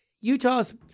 Utah's